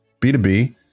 B2B